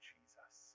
Jesus